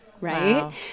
Right